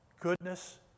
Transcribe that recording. goodness